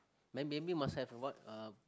then maybe must have what uh